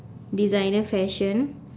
designer fashion